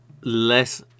less